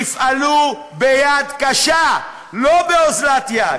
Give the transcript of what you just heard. תפעלו ביד קשה, לא באוזלת יד.